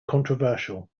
controversial